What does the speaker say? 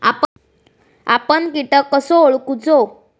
आपन कीटक कसो ओळखूचो?